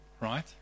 Right